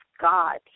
God